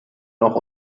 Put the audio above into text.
noch